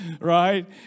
right